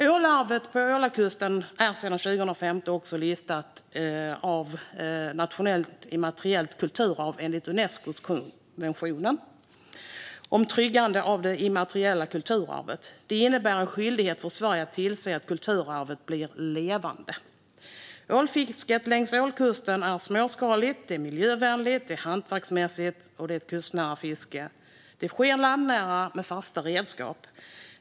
Ålarvet på Ålakusten är sedan 2015 också listat som ett nationellt immateriellt kulturarv enligt Unescos konvention om tryggande av det immateriella kulturarvet. Det innebär en skyldighet för Sverige att tillse att kulturarvet förblir levande. Ålfisket längs Ålakusten är ett småskaligt, miljövänligt, hantverksmässigt och kustnära fiske. Det sker landnära med fasta redskap.